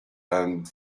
and